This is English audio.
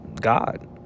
God